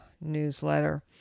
newsletter